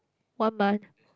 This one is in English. one month